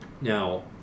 Now